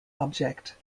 object